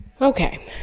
okay